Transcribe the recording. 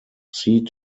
sea